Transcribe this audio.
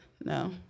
No